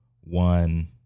one